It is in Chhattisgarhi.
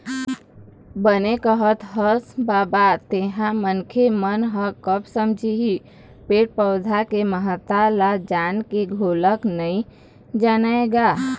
बने कहत हस बबा तेंहा मनखे मन ह कब समझही पेड़ पउधा के महत्ता ल जान के घलोक नइ जानय गा